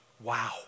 Wow